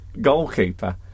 goalkeeper